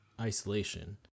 isolation